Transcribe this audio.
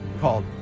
called